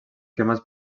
cremats